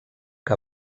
que